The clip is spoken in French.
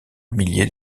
milliers